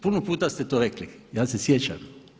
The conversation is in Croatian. Puno puta ste to rekli, ja se sjećam.